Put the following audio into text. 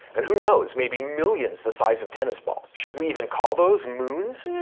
and who knows, maybe millions the size of tennis balls. should we even call those moons?